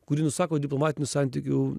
kuri nusako diplomatinių santykių